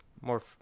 more